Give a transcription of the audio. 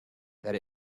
that